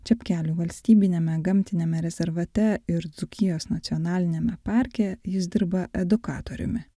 čepkelių valstybiniame gamtiniame rezervate ir dzūkijos nacionaliniame parke jis dirba edukatoriumi